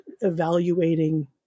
evaluating